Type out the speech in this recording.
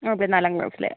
അതെ നാലാം ക്ലാസ്സിൽ